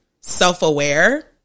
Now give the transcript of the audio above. self-aware